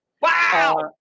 Wow